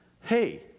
hey